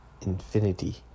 Infinity